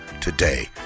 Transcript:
today